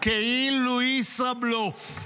כאילו ישראבלוף.